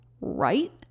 right